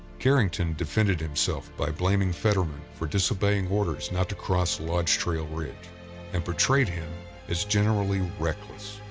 carrington defended himself by blaming fetterman for disobeying orders not to cross lodge trail ridge and portrayed him as generally reckless.